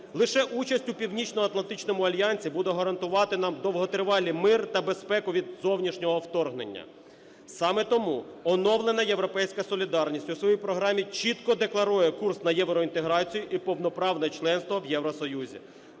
Лише участь у Північноатлантичному альянсі буде гарантувати нам довготривалі мир та безпеку від зовнішнього вторгнення. Саме тому оновлена "Європейська Солідарність" у своїй програмі чітко декларує курс на євроінтеграцію і повноправне членство в Євросоюзі,